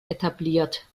etabliert